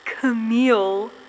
Camille